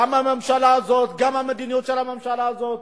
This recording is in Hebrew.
גם הממשלה הזאת, גם המדיניות של הממשלה הזאת,